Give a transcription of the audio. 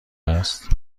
است